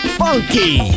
funky